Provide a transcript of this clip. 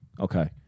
Okay